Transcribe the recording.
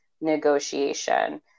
negotiation